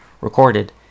recorded